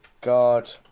God